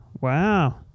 wow